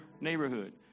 neighborhood